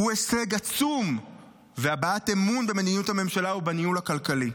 הוא הישג עצום והבעת אמון במדיניות הממשלה ובניהול הכלכלי,